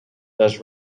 does